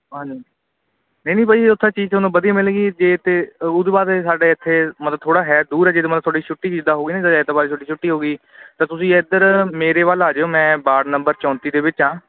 ਹਾਂਜੀ ਨਹੀਂ ਨਹੀਂ ਬਾਈ ਜੀ ਉੱਥੇ ਚੀਜ਼ ਤੁਹਾਨੂੰ ਵਧੀਆ ਮਿਲੇਗੀ ਜੇ ਤਾਂ ਉਸਦੇ ਤੋਂ ਬਾਅਦ ਸਾਡੇ ਇੱਥੇ ਮਤਲਬ ਥੋੜ੍ਹਾਂ ਹੈ ਦੂਰ ਹੈ ਜਿਹਦੇ ਮਤਲਬ ਤੁਹਾਡੀ ਛੁੱਟੀ ਜਿੱਦਾਂ ਹੋ ਗਈ ਜਿੱਦਾਂ ਐਤਵਾਰ ਤੁਹਾਡੀ ਛੁੱਟੀ ਹੋ ਗਈ ਤਾਂ ਤੁਸੀਂ ਇੱਧਰ ਮੇਰੇ ਵੱਲ ਆ ਜਾਇਓ ਮੈਂ ਵਾਰਡ ਨੰਬਰ ਚੌਂਤੀ ਦੇ ਵਿੱਚ ਹਾਂ